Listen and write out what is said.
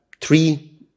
three